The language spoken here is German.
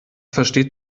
versteht